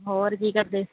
ਹੋਰ ਕੀ ਕਰਦੇ